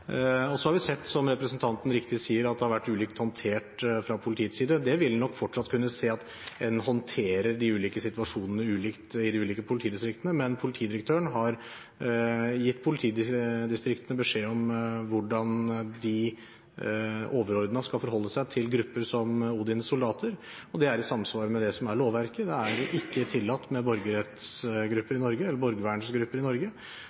har sett, som representanten riktig sier, at det har vært ulikt håndtert fra politiets side. Vi vil nok fortsatt kunne se at en håndterer de ulike situasjonene ulikt i de ulike politidistriktene, men politidirektøren har gitt politidistriktene beskjed om hvordan de overordnet skal forholde seg til grupper som Odins soldater. Det er i samsvar med det som er lovverket – det er ikke tillatt med borgerverngrupper i Norge.